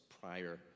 prior